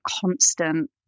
constant